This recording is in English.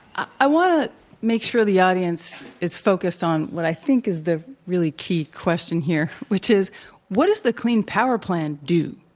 i i want to make sure the audience is focused on what i think is the really key question here, which is what does the clean power plan do,